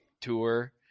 tour